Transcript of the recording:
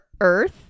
earth